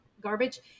garbage